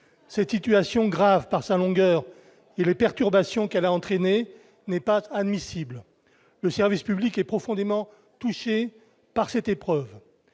cette situation grave par sa longueur et les perturbations qu'elle a entraîné n'est pas admissible, le service public est profondément touché par cet preuve